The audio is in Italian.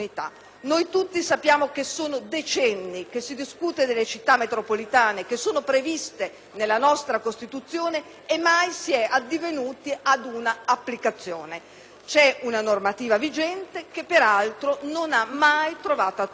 tutti sappiamo che da decenni si discute delle Città metropolitane, che sono previste nella nostra Costituzione, e mai si è addivenuti ad una loro istituzione. Vi è una normativa vigente, che peraltro non ha mai trovato attuazione,